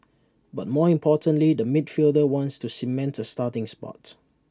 but more importantly the midfielder wants to cement A starting spot